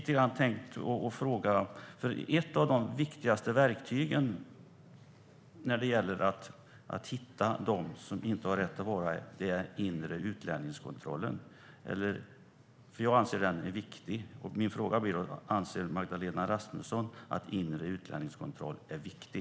Ett av de viktigaste verktygen när det gäller att hitta dem som inte har rätt att vara här är inre utlänningskontroll. Jag anser att den är viktig. Anser Magda Rasmusson att inre utlänningskontroll är viktig?